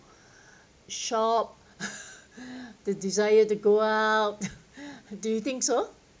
shop the desire to go out do you think so